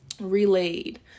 relayed